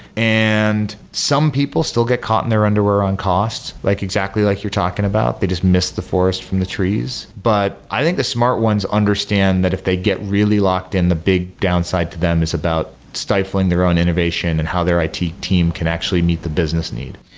and some people still get caught in their underwear on costs, like exactly like you're talking about. they just miss the forest from the trees. but i think the smart ones understand that if they get really locked in, the big downside to them is about stifling their own innovation and how their it team team can actually meet the business need.